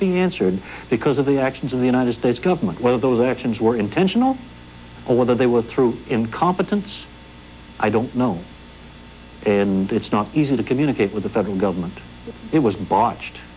be answered because of the actions of the united states government whether those actions were intentional or whether they were through incompetence i don't know and it's not easy to communicate with the federal government it was botched